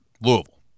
louisville